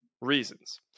reasons